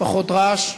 פחות רעש.